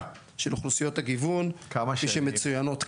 של אוכלוסיות הגיוון כפי שמצויינות כאן.